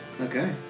Okay